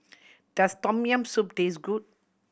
does Tom Yam Soup taste good